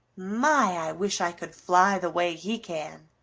my, i wish i could fly the way he can!